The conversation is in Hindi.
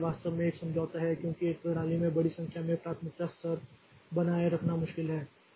तो यह वास्तव में एक समझौता है क्योंकि एक प्रणाली में बड़ी संख्या में प्राथमिकता स्तर बनाए रखना मुश्किल है